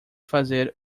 fazer